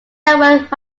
network